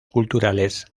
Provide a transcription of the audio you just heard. culturales